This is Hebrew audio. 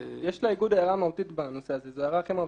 בסוף אתה כן כורך --- אני מבינה את ההערה,